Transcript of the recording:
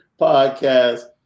Podcast